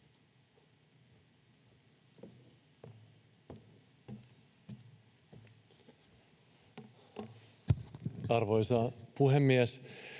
Arvoisa puhemies!